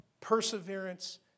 perseverance